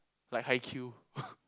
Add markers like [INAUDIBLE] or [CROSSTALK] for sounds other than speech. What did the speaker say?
like Haikyuu [LAUGHS]